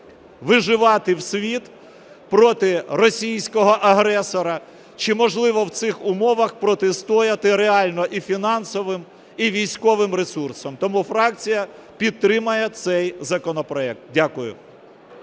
виживати світ проти російського агресора, чи можливо в цих умовах протистояти реально і фінансовим, і військовим ресурсом. Тому фракція підтримає цей законопроект. Дякую.